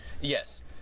Yes